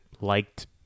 liked